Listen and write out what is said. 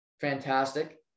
fantastic